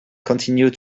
continued